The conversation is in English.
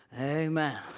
Amen